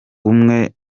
umwe